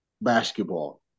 basketball